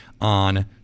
on